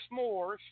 S'mores